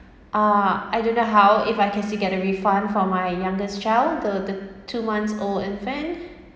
ah I don't know how if I can still get refund for my youngest child the the two months old infant